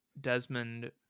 desmond